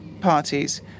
parties